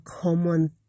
common